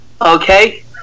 Okay